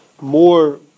more